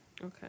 Okay